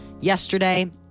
yesterday